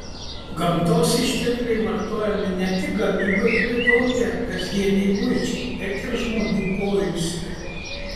gamtos ištekliai vartojami ne tik gamybai plėtoti ar kasdienei buičiai bet ir žmonių poilsiui